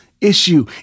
issue